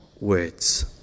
words